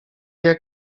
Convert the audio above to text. jak